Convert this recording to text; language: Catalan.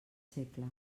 segle